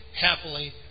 happily